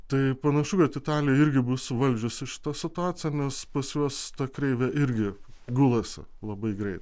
tai panašu kad italija irgi bus suvaldžiusi šitą situaciją nes pas juos ta kreivė irgi gulasi labai greit